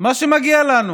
מה שמגיע לנו